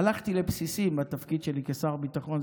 הלכתי לבסיסים בתפקיד שלי כשר במשרד הביטחון,